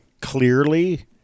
clearly